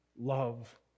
love